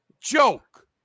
Joke